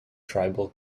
tribal